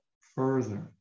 further